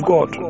God